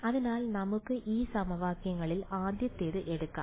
അതിനാൽ നമുക്ക് ഈ സമവാക്യങ്ങളിൽ ആദ്യത്തേത് എടുക്കാം